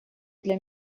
для